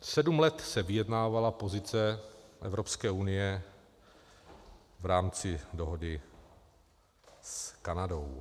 Sedm let se vyjednávala pozice Evropské unie v rámci dohody s Kanadou.